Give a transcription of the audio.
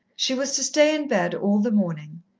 she was to stay in bed all the morning,